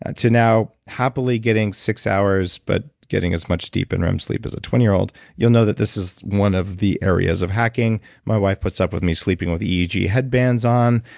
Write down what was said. ah to now happily getting six hours, but getting as much deep and rem sleep as a twenty year old. you'll know that this is one of the areas of hacking my wife puts up with me sleeping with eeg headbands on,